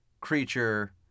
creature